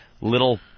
little